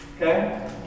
Okay